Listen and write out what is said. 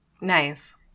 nice